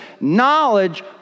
knowledge